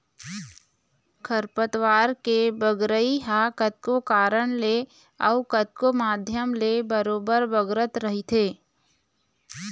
खरपतवार के बगरई ह कतको कारन ले अउ कतको माध्यम ले बरोबर बगरत रहिथे